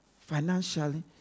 financially